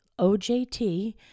OJT